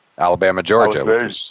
Alabama-Georgia